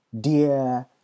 Dear